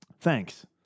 thanks